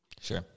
Sure